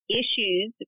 issues